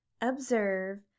observe